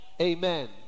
Amen